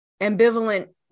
ambivalent